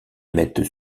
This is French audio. mettent